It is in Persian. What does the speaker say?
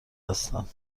هستم